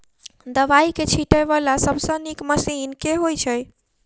दवाई छीटै वला सबसँ नीक मशीन केँ होइ छै?